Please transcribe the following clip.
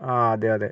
ആ അതെ അതെ